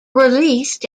released